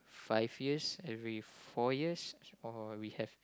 five years every four years or we have